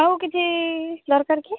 ଆଉ କିଛି ଦରକାର କି